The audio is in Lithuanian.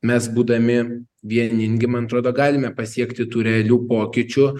mes būdami vieningi man atrodo galime pasiekti tų realių pokyčių